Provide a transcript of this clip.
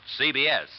CBS